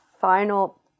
final